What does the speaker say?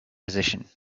position